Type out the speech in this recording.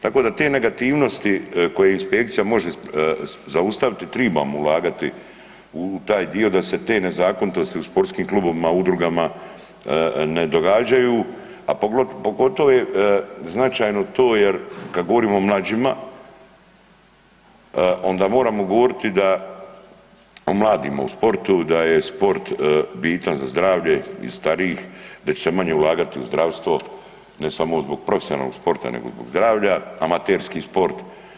Tako da te negativnosti koje inspekcija može zaustaviti tribamo ulagati u taj dio da se te nezakonitosti u sportskim klubovima, udrugama ne događaju, a pogotovo je značajno to jer kad govorimo o mlađima onda moramo govoriti, o mladima u sportu da je sport bitan za zdravlje i starijih, da će se manje ulagati u zdravstvo ne samo zbog profesionalnog sporta nego i zbog zdravlja, amaterski sport.